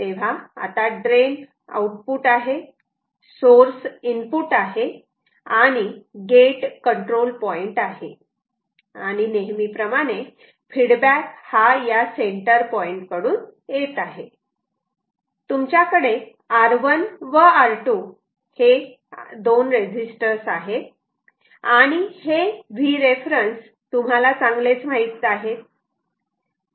तेव्हा आता drain output आहे सोर्स इनपुट आहे आणि गेट कंट्रोल पॉईंट आहे आणि नेहमीप्रमाणे फीडबॅक हा या सेंटर पॉइंट कडुन येत आहे तुमच्याकडे R1 व R2 आहे आणि हे Vref तुम्हाला चांगलेच माहित आहे